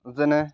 যেনে